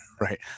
right